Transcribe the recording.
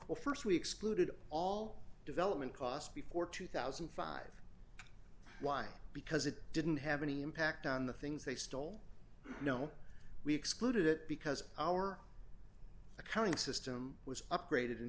well st we excluded all development cost before two thousand and five why because it didn't have any impact on the things they stole no we excluded it because our accounting system was upgraded in